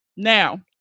now